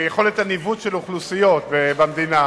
ליכולת הניווט של אוכלוסיות במדינה